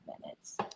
minutes